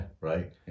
Right